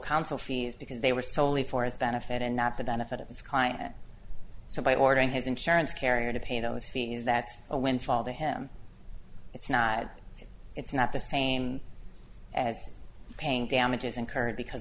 counsel fees because they were solely for his benefit in napa benefit of his client so by ordering his insurance carrier to pay those fees that's a windfall to him it's not it's not the same as paying damages incurred because